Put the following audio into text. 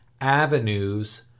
avenues